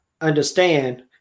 understand